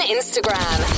Instagram